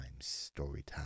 Storytime